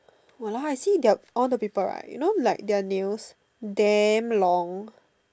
!walao! I see that all the people right you know like their nails damn long